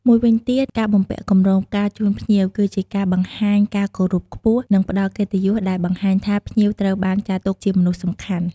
មួយវិញទៀតការបំពាក់កម្រងផ្កាជូនភ្ញៀវ គឺជាការបង្ហាញការគោរពខ្ពស់ និងផ្ដល់កិត្តិយសដែលបង្ហាញថាភ្ញៀវត្រូវបានចាត់ទុកជាមនុស្សសំខាន់។